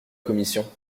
commission